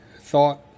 thought